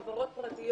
פיצוץ.